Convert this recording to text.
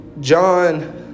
John